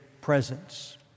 presence